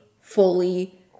fully